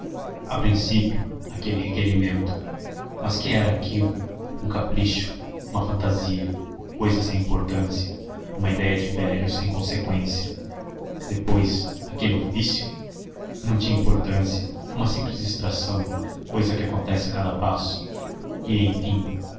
a princípio aquele requerimento mas que era aquilo um capricho uma fantasia cousa sem importância uma idéia de velho sem conseqüência depois aquele ofício não tinha importância uma simples distração cousa que acontece a cada passo e enfim